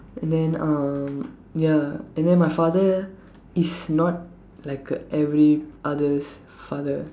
and then uh ya and then my father is not like a every others' father